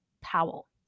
Powell